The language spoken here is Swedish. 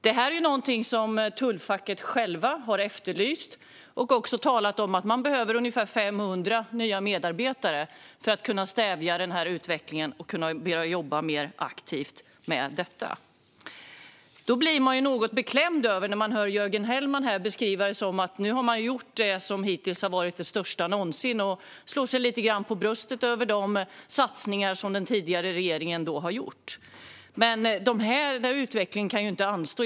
Det är någonting som tullfacket själva har efterlyst. De har talat om att de behöver ungefär 500 nya medarbetare för att kunna stävja utvecklingen och kunna jobba mer aktivt med detta. Då blir man något beklämd när man hör Jörgen Hellman här beskriva det som att det som gjorts varit det största någonsin och slå sig lite grann för bröstet över de satsningar som den tidigare regeringen har gjort. Utvecklingen kan inte anstå.